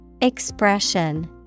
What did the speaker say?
Expression